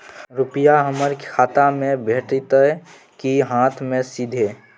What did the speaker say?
रुपिया हमर खाता में भेटतै कि हाँथ मे सीधे?